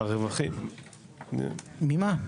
ממה?